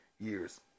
years